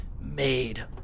made